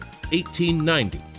1890